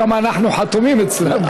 כמה אנחנו חתומים אצלם.